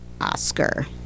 Oscar